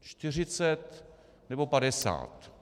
Čtyřicet nebo padesát.